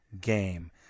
game